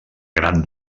gran